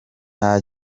nta